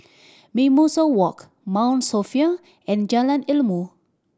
Mimosa Walk Mount Sophia and Jalan Ilmu